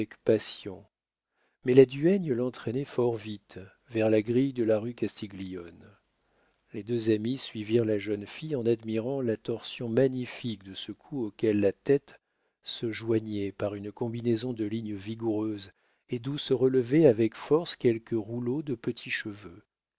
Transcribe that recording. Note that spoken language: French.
mais la duègne l'entraînait fort vite vers la grille de la rue castiglione les deux amis suivirent la jeune fille en admirant la torsion magnifique de ce cou auquel la tête se joignait par une combinaison de lignes vigoureuses et d'où se relevaient avec force quelques rouleaux de petits cheveux